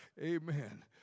Amen